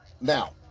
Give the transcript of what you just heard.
Now